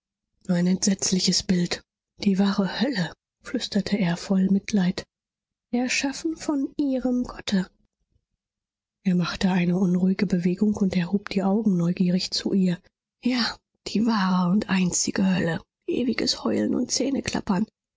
ein entsetzliches bild die wahre hölle flüsterte er voll mitleid erschaffen von ihrem gotte er machte eine unruhige bewegung und erhob die augen neugierig zu ihr ja die wahre und einzige hölle ewiges heulen und